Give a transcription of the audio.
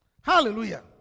Hallelujah